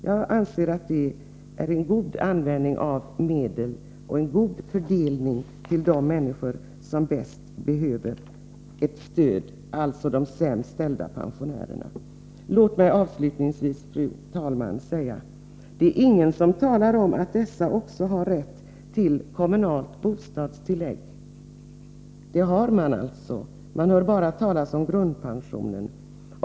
Jag anser att detta är en god användning av medel och en riktig fördelning till de människor som bäst behöver stöd — alltså de sämst ställda pensionärerna. Avslutningsvis, fru talman, vill jag säga att ingen talar om att dessa människor också har rätt till kommunalt bostadstillägg. Det har de alltså, men man hör bara talas om grundpensionen.